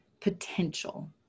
potential